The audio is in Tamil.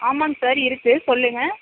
ஆமாம்ங் சார் இருக்கு சொல்லுங்கள்